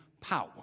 power